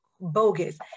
bogus